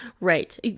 Right